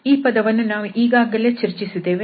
ಈ ಪದವನ್ನು ನಾವು ಈಗಾಗಲೇ ಚರ್ಚಿಸಿದ್ದೇವೆ